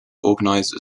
organized